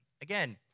Again